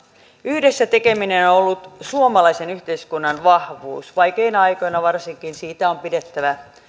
yhdessä tekeminen on ollut suomalaisen yhteiskunnan vahvuus vaikeina aikoina varsinkin siitä on pidettävä